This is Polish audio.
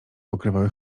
pokrywały